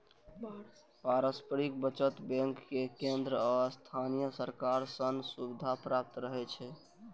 पारस्परिक बचत बैंक कें केंद्र आ स्थानीय सरकार सं सुविधा प्राप्त रहै छै